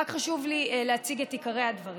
רק חשוב לי להציג את עיקרי הדברים.